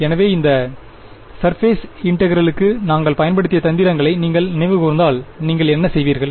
எனவே அந்த சர்பேஸ் இன்டெகிரெலுக்கு நாங்கள் பயன்படுத்திய தந்திரங்களை நீங்கள் நினைவு கூர்ந்தால் நீங்கள் என்ன செய்வீர்கள்